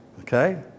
okay